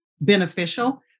beneficial